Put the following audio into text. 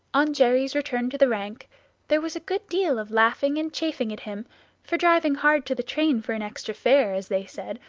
on jerry's return to the rank there was a good deal of laughing and chaffing at him for driving hard to the train for an extra fare, as they said,